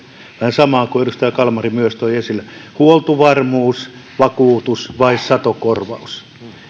samaa kuin edustaja kalmari toi esille huoltovarmuus vakuutus vai satokorvaus